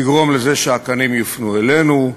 לגרום לזה שהקנים יופנו אלינו,